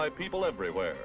by people everywhere